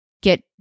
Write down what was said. get